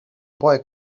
boy